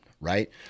right